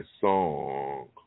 song